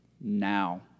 now